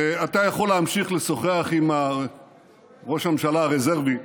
אתה יכול להמשיך לשוחח עם ראש הממשלה הרזרבי,